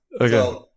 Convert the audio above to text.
Okay